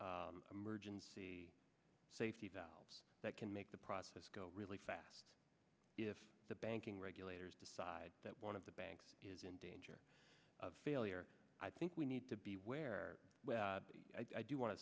of emergency safety valves that can make the process go really fast if the banking regulators decide that one of the banks is in danger of failure i think we need to be where i do want to